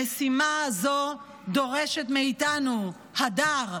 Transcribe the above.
המשימה הזו דורשת מאיתנו הדר,